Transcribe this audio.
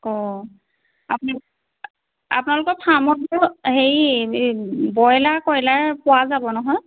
অঁ আপ আপোনালোকৰ ফাৰ্মতটো হেৰি ব্ৰইলাৰ কয়লাৰ পোৱা যাব নহয়